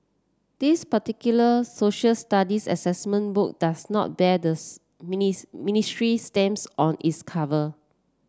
this particular Social Studies assessment book does not bear the ministry's stamps on its cover